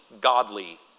godly